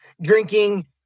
Drinking